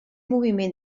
moviment